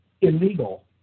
illegal